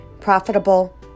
profitable